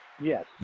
Yes